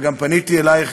וגם פניתי אלייך,